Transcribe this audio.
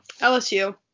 LSU